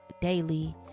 daily